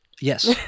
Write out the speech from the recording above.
Yes